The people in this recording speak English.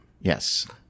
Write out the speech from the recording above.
Yes